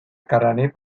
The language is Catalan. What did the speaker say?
carener